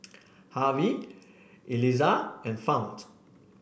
Harvy Elizah and Fount